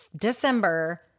December